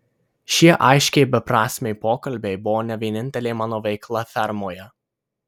šie aiškiai beprasmiai pokalbiai buvo ne vienintelė mano veikla fermoje